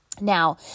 Now